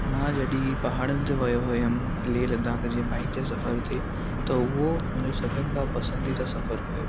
मां जॾहिं पहाड़नि ते वयो हुयमि लेह लद्दाख जे बाइक जे सफ़र ते त उहो मुंहिंजो सभिनी खां पसंदीदा सफ़रु हुयो